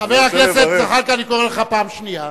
חבר הכנסת זחאלקה, אני קורא לך פעם שנייה.